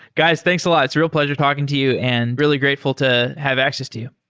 guys, thanks a lot. it's a real pleasure talking to you and really grateful to have access to you.